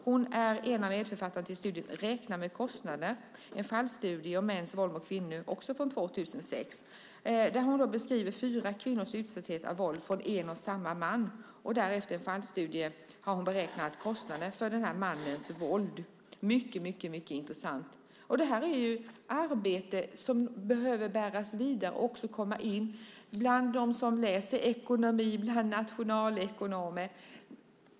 Hon är en av författarna till studien Räkna med kostnader: En fallstudie om mäns våld mot kvinnor , också den från 2006. Hon beskriver fyra kvinnors utsatthet för våld från en och samma man och gör därefter fallstudier. Hon har beräknat kostnaderna för denne mans våld. Det är en mycket intressant läsning. Det arbetet behöver föras vidare och komma in även bland dem som läser ekonomi och nationalekonomi.